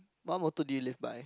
what motto do you live by